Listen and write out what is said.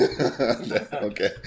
Okay